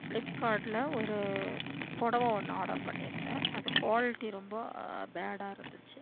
ஃப்ளிப்கார்டில் ஒரு புடவ ஒன்று ஆடர் பண்ணியிருந்தேன் அது குவாலிட்டி ரொம்ப பேடாக இருந்துச்சு